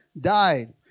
died